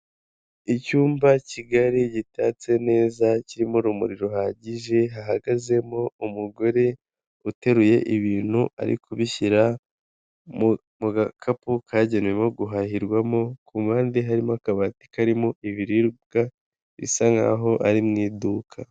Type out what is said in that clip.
Icyumba kigali gitatse neza kirimo urumuri ruhagije hahagazemo umugore uteruye ibintu ari kubishyira mu gakapu kagenewe guhahirwamo kupande harimo akabati karimo ibiribwa bisa nk'aho ari mu iduka.